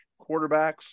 quarterbacks